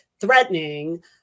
threatening